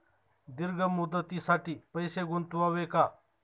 दीर्घ मुदतीसाठी पैसे गुंतवावे का?